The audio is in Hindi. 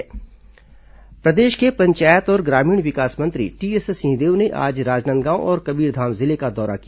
सिंहदेव प्रवास प्रदेश के पंचायत और ग्रामीण विकास मंत्री टीएस सिंहदेव ने आज राजनांदगांव और कबीरधाम जिले का दौरा किया